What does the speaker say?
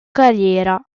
carriera